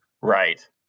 Right